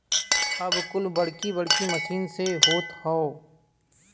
अब कुल बड़की बड़की मसीन से होत हौ